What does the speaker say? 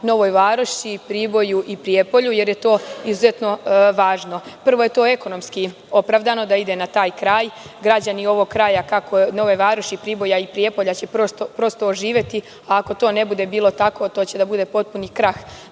Novoj Varoši, Priboju i Prijepolju, jer je to izuzetno važno. Prvo je to ekonomski opravdano da ide na taj kraj. Građani ovog kraja, Nove Varoši, Priboja i Prijepolja će prosto oživeti. Ako to ne bude bilo tako, to će da bude potpuni krah